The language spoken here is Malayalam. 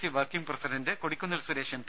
C working president Kodikunnil Suresh M